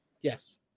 Yes